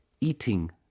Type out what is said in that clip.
eating